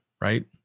right